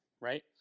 Right